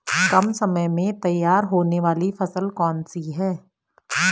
कम समय में तैयार होने वाली फसल कौन सी है?